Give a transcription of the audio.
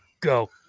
go